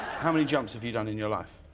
how many jumps have you done in your life?